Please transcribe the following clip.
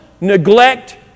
neglect